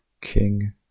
King